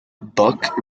buck